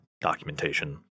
documentation